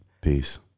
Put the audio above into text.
Peace